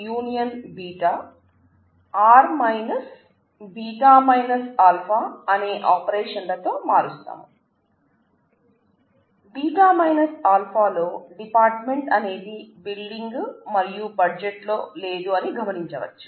β α లో డిపార్ట్మెంట్ అనేది బిల్డింగ్ మరియు బడ్జెట్ లో లేదు అని గమనించవచ్చు